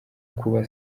kuba